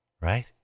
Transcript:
Right